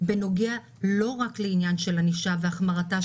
בנוגע לא רק לענישה והחמרתה,